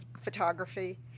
photography